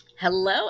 Hello